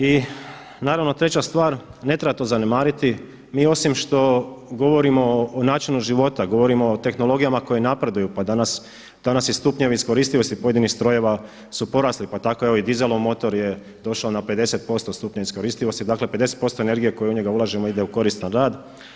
I naravno treća stvar, ne treba to zanemariti, mi osim što govorimo o načinu života, govorimo o tehnologijama koje napreduju, pa danas, danas je stupanj iskoristivosti pojedinih strojeva su porasli, pa tako evo i dizelov motor je došao na 50% stupnja iskoristivosti, dakle 50% energije koju u njega ulažemo ide u koristan rad.